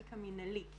זה מול העיניים שלי,